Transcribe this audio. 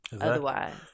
otherwise